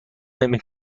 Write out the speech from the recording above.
نمی